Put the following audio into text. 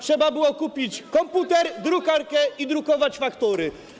Trzeba było kupić komputer, drukarkę i drukować faktury.